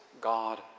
God